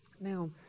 Now